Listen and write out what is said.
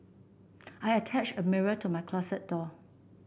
I attach a mirror to my closet door